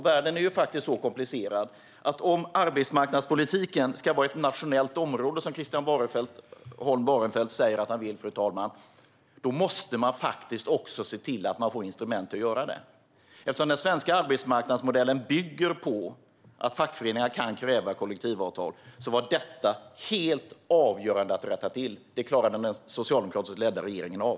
Världen är faktiskt så komplicerad att om arbetsmarknadspolitiken ska vara ett nationellt område - vilket Christian Holm Barenfeld säger att han vill, fru talman - måste man också se till det finns instrument för detta. Eftersom den svenska arbetsmarknadsmodellen bygger på att fackföreningarna kan kräva kollektivavtal var detta helt avgörande att rätta till. Det klarade den socialdemokratiskt ledda regeringen av.